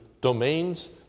domains